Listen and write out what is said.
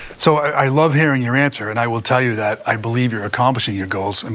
so i love hearing your answer. and i will tell you that i believe you're accomplishing your goals. and